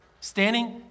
standing